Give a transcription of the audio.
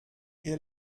ihr